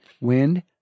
wind